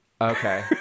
Okay